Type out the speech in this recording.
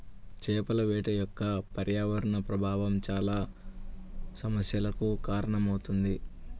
చేపల వేట యొక్క పర్యావరణ ప్రభావం చాలా సమస్యలకు కారణమవుతుంది